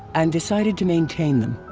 and decided to maintain them.